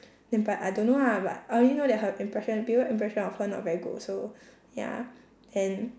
then but I don't know ah but I only know that her impression people impression of her not very good also ya then